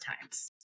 times